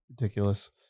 Ridiculous